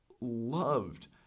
loved